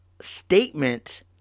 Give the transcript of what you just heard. statement